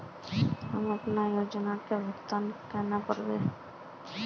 हम अपना योजना के भुगतान केना करबे?